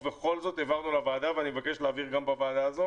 ובכל זאת הבהרנו לוועדה ואני מבקש להבהיר גם בוועדה הזו